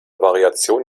variation